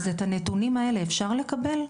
אז את הנתונים האלה אפשר לקבל?